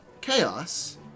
chaos